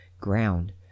ground